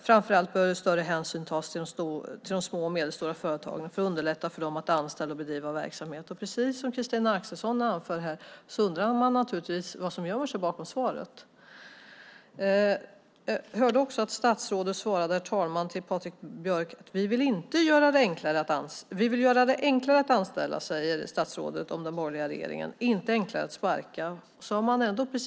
Framför allt bör större hänsyn tas till de små och medelstora företagen för att underlätta för dem att anställa och bedriva verksamhet. Precis som Christina Axelsson anför undrar man naturligtvis vad som gömmer sig bakom svaret. Jag hörde också att statsrådet svarade Patrik Björck: Vi vill göra det enklare att anställa, inte enklare att sparka.